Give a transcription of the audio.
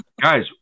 guys